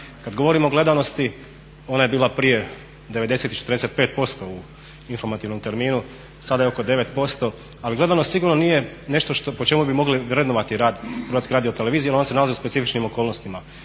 Kad govorimo o gledanosti ona je bila prije '90. i 45% u informativnom terminu, sada je oko 9%, ali gledanost sigurno nije nešto po čemu bi mogli vrednovati rad HRT-a jer on se nalazi u specifičnim okolnostima.